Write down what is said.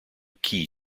key